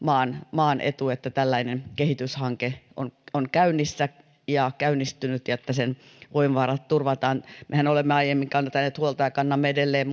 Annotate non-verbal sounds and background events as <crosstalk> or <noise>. ihan koko maan etu että tällainen kehityshanke on on käynnissä ja käynnistynyt ja että sen voimavarat turvataan mehän olemme aiemmin kantaneet ja kannamme edelleen <unintelligible>